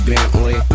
Bentley